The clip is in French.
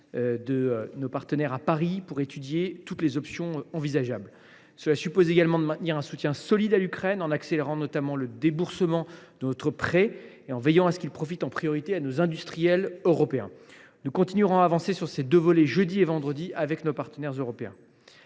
de nos partenaires à Paris, pour étudier l’ensemble des options envisageables. Cela suppose également de maintenir un soutien solide à l’Ukraine, en accélérant notamment le déboursement de notre prêt et en veillant à ce qu’il profite en priorité aux industriels européens. Nous continuerons à avancer sur ces deux volets jeudi et vendredi, avec nos partenaires européens.